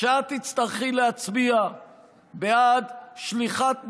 שאת תצטרכי להצביע בעד שליחת נשים,